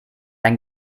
ein